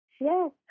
yes